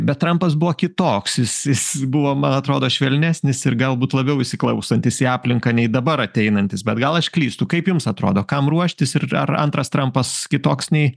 bet trampas buvo kitoks jis jis buvo man atrodo švelnesnis ir galbūt labiau įsiklausantis į aplinką nei dabar ateinantys bet gal aš klystu kaip jums atrodo kam ruoštis ir ar antras trampas kitoks nei